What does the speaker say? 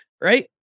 right